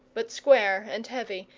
but square and heavy,